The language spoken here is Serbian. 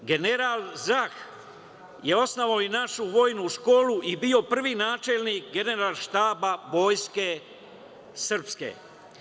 General Zah je osnovano i našu vojnu školu i bio prvi načelnik Generalštaba Vojske srpske.